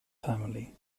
family